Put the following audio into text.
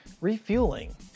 refueling